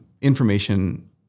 Information